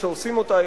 כשעושים אותה,